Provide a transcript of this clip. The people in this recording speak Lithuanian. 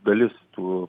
dalis tų